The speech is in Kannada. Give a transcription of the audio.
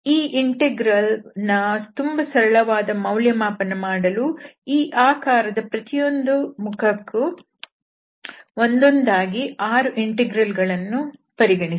ಈ ಇಂಟೆಗ್ರಲ್ ನ ತುಂಬ ಸರಳವಾಗಿ ಮೌಲ್ಯಮಾಪನ ಮಾಡಲು ಈ ಆಕಾರದ ಪ್ರತಿಯೊಂದು ಮುಖಕ್ಕೆ ಒಂದೊಂದಾಗಿ 6 ಇಂಟೆಗ್ರಲ್ ಗಳನ್ನು ಪರಿಗಣಿಸಿ